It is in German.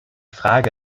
frage